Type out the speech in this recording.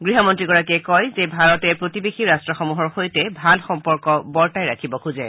গৃহমন্ত্ৰীয়ে কয় যে ভাৰতে প্ৰতিবেশী ৰাট্টসমূহৰ সৈতে ভাল সম্পৰ্ক বৰ্তাই ৰাখিব খোজে